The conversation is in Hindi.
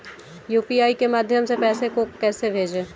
यू.पी.आई के माध्यम से पैसे को कैसे भेजें?